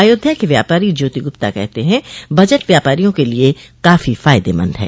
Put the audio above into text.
अयोध्या के व्यापारी ज्योति गुप्ता कहते हैं बजट व्यापारियों के काफी फायदेमंद है